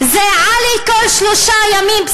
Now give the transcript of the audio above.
זה עלי בכל 3.7 ימים.